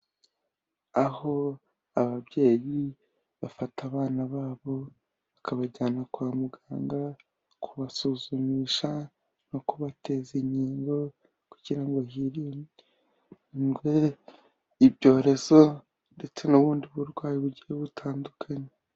Aho ababyeyi bafata abana babo bakabajyana kwa muganga kubasuzumisha no kubateza inkingo, kugira ngo hirindwe ibyorezo ndetse n'ubundi burwayi bugiye butandukanye.